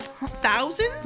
thousand